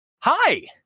hi